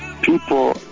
people